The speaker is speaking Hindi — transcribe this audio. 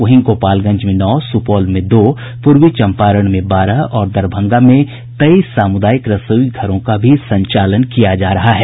वहीं गोपालगंज में नौ सुपौल में दो पूर्वी चम्पारण में बारह और दरभंगा में तेईस सामुदायिक रसोई घरों का भी संचालन किया जा रहा है